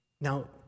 Now